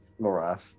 Lorath